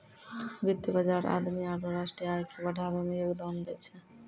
वित्त बजार आदमी आरु राष्ट्रीय आय के बढ़ाबै मे योगदान दै छै